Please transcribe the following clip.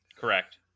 Correct